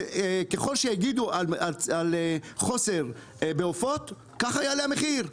ככל שיגידו על חוסר בעופות ככה יעלה המחיר,